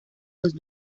los